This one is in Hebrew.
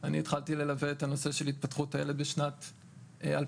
אני התחלתי ללוות את הנושא של התפתחות הילד בשנת 2017,